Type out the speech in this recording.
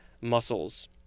muscles